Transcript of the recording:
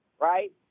right